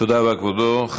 תודה רבה, כבודו.